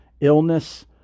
illness